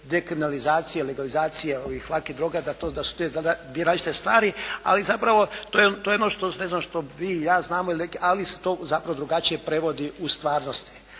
dekriminalizacije, legalizacije lakih droga da su to dvije različite stvari ali zapravo to je nešto što vi i ja znamo ili neki ali se to zapravo drugačije prevodi u stvarnosti.